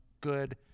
good